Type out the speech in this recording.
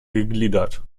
gegliedert